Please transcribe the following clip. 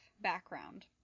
background